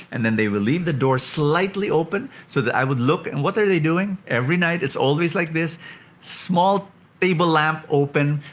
and then they will leave the door slightly open so that i would look at and what are they doing every night. it's always like this small table lamp open,